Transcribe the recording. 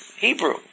Hebrew